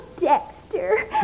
Dexter